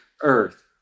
earth